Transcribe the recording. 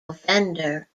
offender